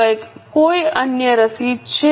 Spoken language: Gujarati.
હવે કોઈ અન્ય રસીદ છે